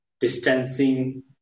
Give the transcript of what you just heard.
distancing